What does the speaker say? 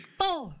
four